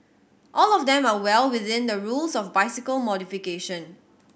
all of them are well within the rules of bicycle modification